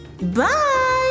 Bye